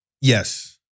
Yes